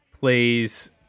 plays